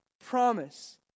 promise